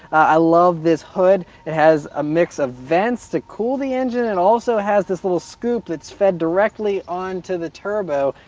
i love this hood. it has a mix of vents to cool the engine, and it also has this little scoop that's fed directly on to the turbo,